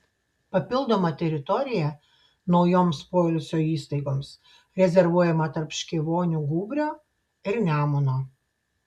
papildoma teritorija naujoms poilsio įstaigoms rezervuojama tarp škėvonių gūbrio ir nemuno